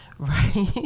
Right